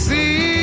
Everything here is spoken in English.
See